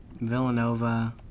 Villanova